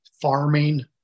farming